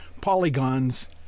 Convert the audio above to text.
polygons